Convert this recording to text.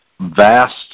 vast